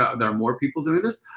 ah there more people doing this?